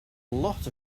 lot